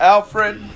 Alfred